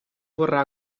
vorrà